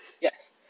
Yes